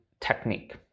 technique